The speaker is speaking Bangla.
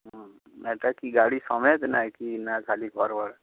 হুম এটা কি গাড়ি সমেত না কি না খালি ঘর ভাড়া